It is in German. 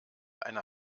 eine